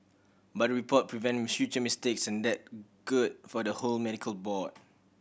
but the report prevent future mistakes and that good for the whole medical board